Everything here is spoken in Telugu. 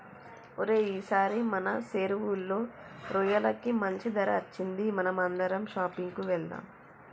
ఓరై ఈసారి మన సెరువులో రొయ్యలకి మంచి ధర అచ్చింది మనం అందరం షాపింగ్ కి వెళ్దాం